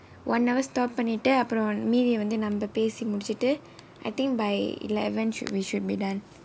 one hour stop பண்ணிட்டு அப்புறமா மீதி வந்து நம்ம பேசி முடிச்சிட்டு:pannittu appuramaa meethi vanthu namma pesi mudichittu I think by eleven should we should be done